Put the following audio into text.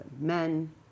men